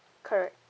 correct